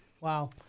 Wow